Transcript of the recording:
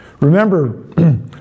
Remember